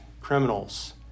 criminals